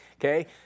Okay